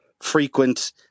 frequent